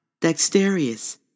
dexterous